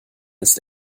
ist